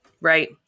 Right